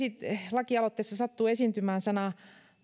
lakialoitteessa sattuvat esiintymään sanat